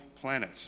planet